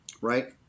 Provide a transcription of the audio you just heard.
right